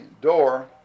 door